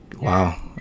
Wow